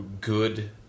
good